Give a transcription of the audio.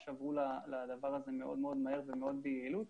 עברו לדבר הזה מאוד-מאוד מהר ומאוד ביעילות,